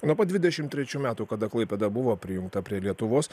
nuo pat dvidešimt trečių metų kada klaipėda buvo prijungta prie lietuvos